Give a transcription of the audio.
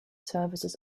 services